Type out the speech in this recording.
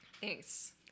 Thanks